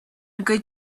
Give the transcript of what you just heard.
good